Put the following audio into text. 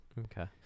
Okay